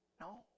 No